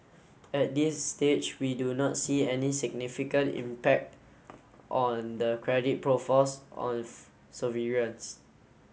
at this stage we do not see any significant impact on the credit profiles of sovereigns